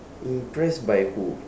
impressed by who